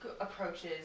approaches